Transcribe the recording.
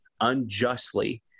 unjustly